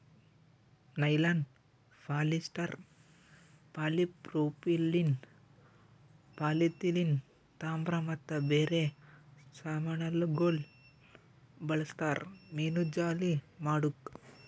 nylon, polyester, polypropylene, polyethylene, ತಾಮ್ರ ಮತ್ತ ಬೇರೆ ಸಾಮಾನಗೊಳ್ ಬಳ್ಸತಾರ್ ಮೀನುಜಾಲಿ ಮಾಡುಕ್